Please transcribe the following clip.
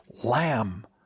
lamb